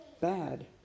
Bad